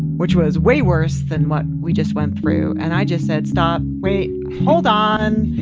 which was way worse than what we just went through. and i just said, stop, wait hold on.